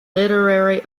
literary